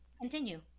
continue